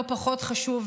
לא פחות חשוב,